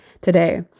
today